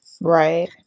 Right